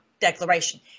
Declaration